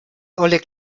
oleg